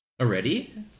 already